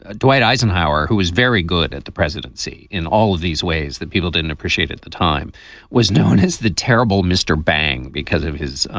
ah dwight eisenhower, who was very good at the presidency in all of these ways that people didn't appreciate at the time was known as the terrible mr. bang because of his.